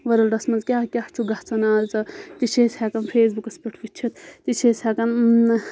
وٲلڈَس منٛز کیٛاہ کیاہ چھُ گژھان آز تہِ چھِ أسۍ ہؠکَان فیس بُکَس پؠٹھ وٕچھِتھ تہِ چھِ أسۍ ہؠکَان